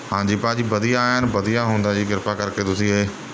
ਹਾਂਜੀ ਭਾਅ ਜੀ ਵਧੀਆ ਐਨ ਵਧੀਆ ਹੁੰਦਾ ਜੀ ਕਿਰਪਾ ਕਰਕੇ ਤੁਸੀਂ ਇਹ